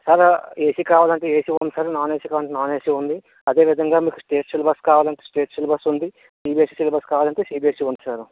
sir AC కావాలంటే AC ఉంది sir non AC కావాలంటే నాన్ ఏసీ ఉంది అదే విధంగా మీకు స్టేట్ సిలబస్ కావాలంటే స్టేట్ సిలబస్ ఉంది సీబీఎస్సి సిలబస్ కావాలంటే సీబీఎస్సి ఉంది సారు